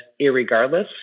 irregardless